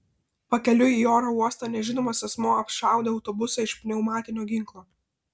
pakeliui į oro uostą nežinomas asmuo apšaudė autobusą iš pneumatinio ginklo